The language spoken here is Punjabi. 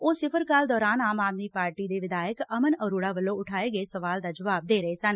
ਉਹ ਸਿਫਰ ਕਾਲ ਦੌਰਾਨ ਆਮ ਆਦਮੀ ਪਾਰਟੀ ਦੇ ਵਿਧਾਇਕ ਅਮਨ ਅਰੋੜਾ ਵੱਲੋਂ ਉਠਾਏ ਸਵਾਲ ਦੇ ਜਵਾਬ ਦੇ ਰਹੇ ਸਨ